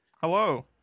hello